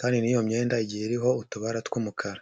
kandi n'iyo myenda igihe iriho utubara tw'umukara.